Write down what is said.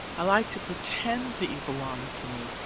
i like to pretend that you belong to me,